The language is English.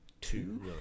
two